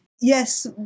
Yes